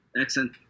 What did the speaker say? Excellent